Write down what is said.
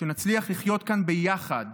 ושנצליח לחיות כאן ביחד.